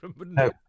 No